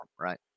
right